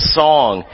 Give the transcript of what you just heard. song